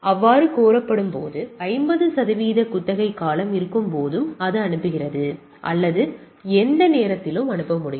அது கோரும்போது 50 சதவிகித குத்தகை காலம் இருக்கும்போது அது அனுப்புகிறது அல்லது எந்த நேரத்திலும் அனுப்ப முடியும்